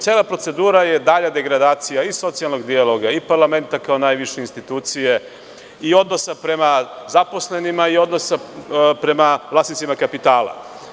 Cela procedura je dalja degradacija i socijalnog dijaloga i parlamenta kao najviše institucije i odnosa prema zaposlenima i odnosa prema vlasnicima kapitala.